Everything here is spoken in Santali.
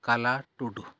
ᱠᱟᱞᱟ ᱴᱩᱰᱩ